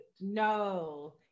No